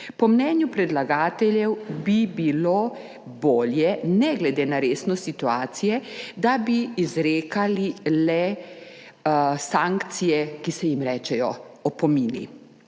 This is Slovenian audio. Po mnenju predlagateljev bi bilo bolje, ne glede na resnost situacije, da bi izrekali le sankcije, ki se jim reče opomini.